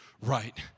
right